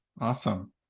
Awesome